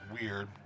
weird